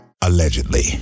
allegedly